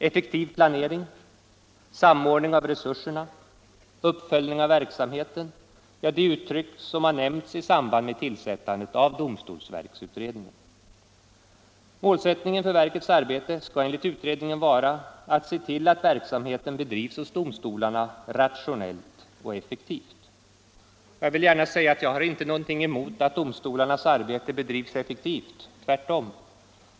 ”Effektiv planering”, ”samordning av resurserna”, ”uppföljning av verksamheten” är uttryck som använts i samband med tillsättandet av domstolsverksutredningen. Målsättningen för verkets arbete skall enligt utredningen vara att se till att verksamheten bedrivs hos domstolarna rationellt och effektivt. Jag vill gärna säga att jag inte har något emot att domstolarnas arbete bedrivs effektivt — tvärtom.